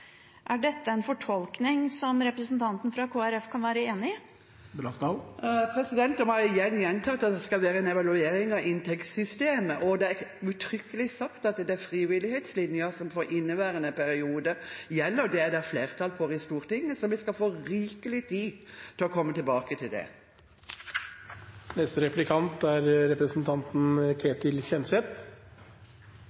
Er dette en fortolkning som representanten fra Kristelig Folkeparti kan være enig i? Da må jeg igjen gjenta at det skal være en evaluering av inntektssystemet, og det er uttrykkelig sagt at det er frivillighetslinjen som gjelder for inneværende periode. Det er det flertall for i Stortinget, så vi skal få rikelig tid til å komme tilbake til det.